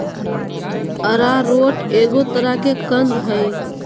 arrowroot एगो तरह के कंद हइ